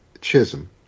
Chisholm